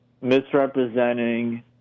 misrepresenting